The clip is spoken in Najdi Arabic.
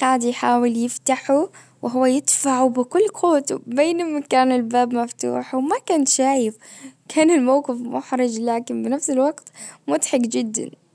قاعد يحاول يفتحه وهو يدفعه بكل قوته بينما كان الباب مفتوح وما شايف كان الموقف محرج لكن بنفس الوقت مضحك جدا